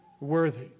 worthy